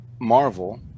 Marvel